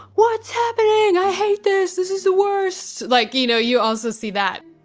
what's happening? i hate this. this is the worst. like, you know, you also see that.